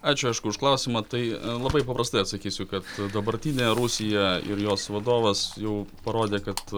ačiū aišku už klausimą tai labai paprastai atsakysiu kad dabartinė rusija ir jos vadovas jau parodė kad